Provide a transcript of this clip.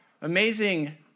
amazing